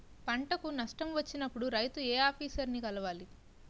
పంటకు నష్టం వచ్చినప్పుడు రైతు ఏ ఆఫీసర్ ని కలవాలి?